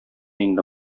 инде